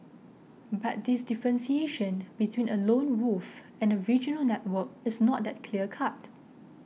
but this differentiation between a lone wolf and a regional network is not that clear cut